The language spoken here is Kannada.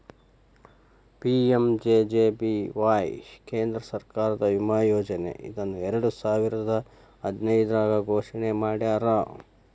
ಪಿ.ಎಂ.ಜೆ.ಜೆ.ಬಿ.ವಾಯ್ ಕೇಂದ್ರ ಸರ್ಕಾರದ ವಿಮಾ ಯೋಜನೆ ಇದನ್ನ ಎರಡುಸಾವಿರದ್ ಹದಿನೈದ್ರಾಗ್ ಘೋಷಣೆ ಮಾಡ್ಯಾರ